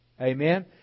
Amen